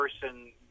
person